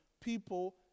people